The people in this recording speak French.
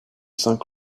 saint